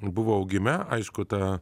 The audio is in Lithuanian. buvo augime aišku ta